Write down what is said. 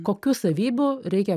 kokių savybių reikia